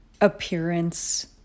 appearance